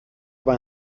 über